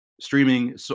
streaming